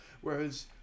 whereas